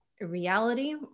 reality